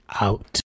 out